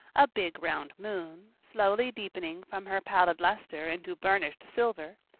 a big round moon, slowly deepening from her pallid luster into burnished silver,